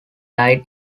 died